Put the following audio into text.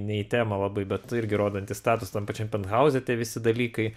ne į temą labai bet irgi rodantys statusą tam pačiam penthauze tie visi dalykai